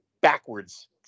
backwards